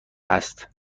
است